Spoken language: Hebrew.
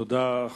תודה.